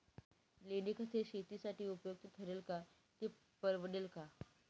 लेंडीखत हे शेतीसाठी उपयुक्त ठरेल का, ते परवडेल का?